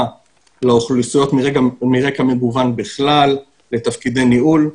לאוכלוסיות מרקע מגוון בכלל לתפקידי ניהול.